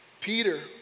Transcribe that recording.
Peter